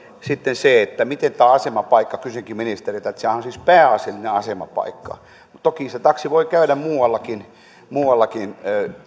sitten se että tämä asemapaikkahan kysyinkin ministeriltä on siis pääasiallinen asemapaikka mutta toki se taksi voi käydä muuallakin muuallakin